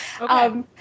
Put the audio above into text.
Okay